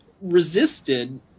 resisted